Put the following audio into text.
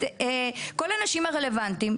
את כל האנשים הרלוונטיים.